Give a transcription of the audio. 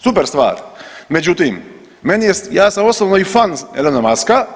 Super stvar, međutim meni je, ja sam osobno i fan Elona Muska.